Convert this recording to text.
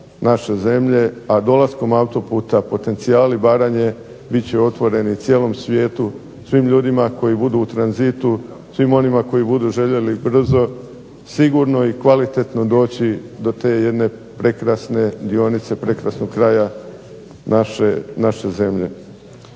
naše zemlje, a dolaskom autoputa potencijali Baranje bit će otvoreni cijelom svijetu, svim ljudima koji budu u tranzitu, svim onima koji budu željeli brzo, sigurno i kvalitetno doći do te jedne prekrasne dionice, prekrasnog kraja naše zemlje.